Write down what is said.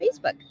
Facebook